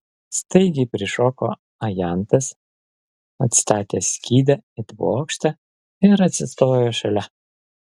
staigiai prišoko ajantas atstatęs skydą it bokštą ir atsistojo šalia